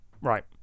Right